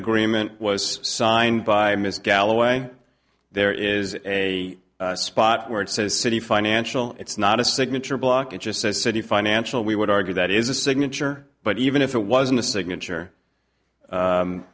agreement was signed by ms galloway there is a spot where it says city financial it's not a signature block it just says city financial we would argue that is a signature but even if it wasn't a signature